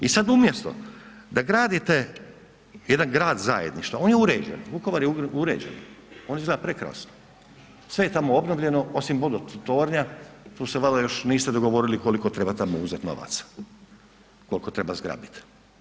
I sad umjesto da gradite jedan grad zajedništva, on je uređen, Vukovar je uređen, on izgleda prekrasno, sve je tamo obnovljeno osim vodotornja, tu se valjda još niste dogovorili koliko treba tamo uzeti novaca, koliko treba zgrabiti.